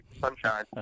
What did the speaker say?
Sunshine